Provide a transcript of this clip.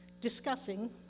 discussing